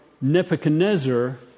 Nebuchadnezzar